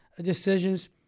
decisions